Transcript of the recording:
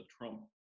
Trump